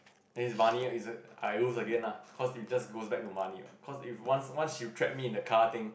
his money ah is a I lose again lah cause she just goes back to money cause if once once she trapped me in a car thing